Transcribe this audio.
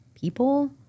people